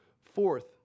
Fourth